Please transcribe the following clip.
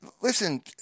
listen